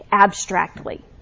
abstractly